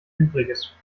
übriges